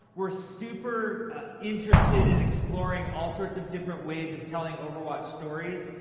we're super interested in exploring all sorts of different ways of telling overwatch stories.